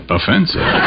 Offensive